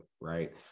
Right